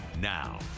now